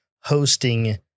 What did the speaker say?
hosting